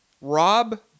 Rob